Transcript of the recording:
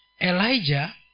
Elijah